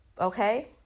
okay